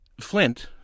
Flint